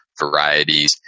varieties